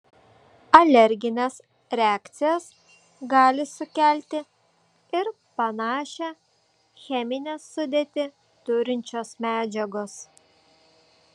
alergines reakcijas gali sukelti ir panašią cheminę sudėtį turinčios medžiagos